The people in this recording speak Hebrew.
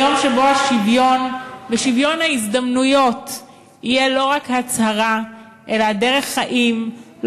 יום שבו השוויון ושוויון ההזדמנויות יהיו לא רק הצהרה אלא דרך חיים,